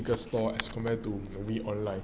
figures laws